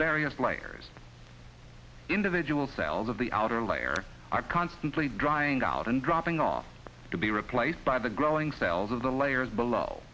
various layers individual cells of the outer layer are constantly drying out and dropping off to be replaced by the growing cells of the layers below